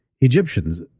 Egyptians